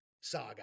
saga